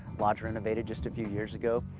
lodge renovated just a few years ago.